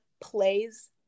plays